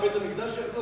בית-המקדש יחלוף?